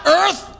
earth